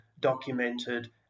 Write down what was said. documented